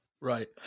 right